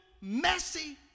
messy